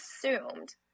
assumed